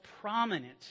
prominent